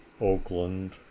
Oakland